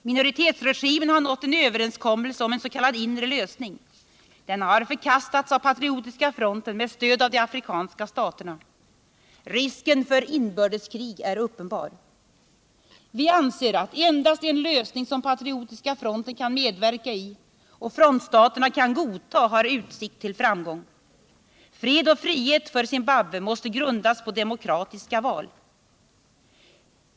Minoritetsregimen har nått en överenskommelse om en s.k. inre lösning. Denna har förkastats av Patriotiska fronten med stöd av de afrikanska staterna. Risken för inbördeskrig är uppenbar. Vi anser att endast en lösning som Patriotiska fronten kan medverka i och frontstaterna kan godta har utsikt till framgång. Fred och frihet för Zimbabwe måste grundas på demokratiska val.